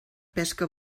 pesca